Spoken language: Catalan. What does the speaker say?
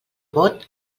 vot